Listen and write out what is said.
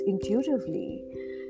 intuitively